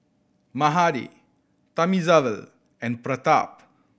Mahade Thamizhavel and Pratap